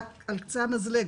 רק על קצה המזלג,